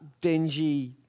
dingy